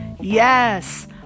Yes